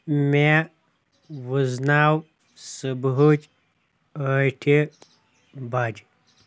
مےٚ ؤزناو صُبحچ ٲٹھِ بج